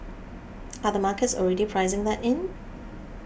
are the markets already pricing that in